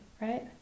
Right